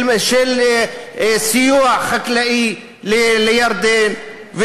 של סיוע חקלאי לירדן,